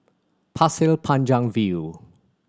Pasir Panjang View